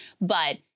but-